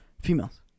Females